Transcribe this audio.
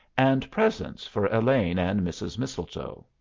and presents for elaine and mrs. mistletoe.